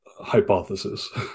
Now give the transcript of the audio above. hypothesis